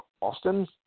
Austin